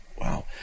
Wow